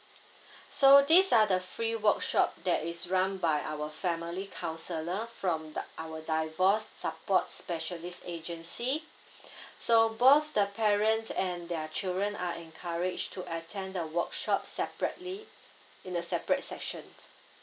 so these are the free workshop that is run by our family counsellor from the our divorce support specialist agency so both the parents and their children are encourage to attend the workshop separately in a separate section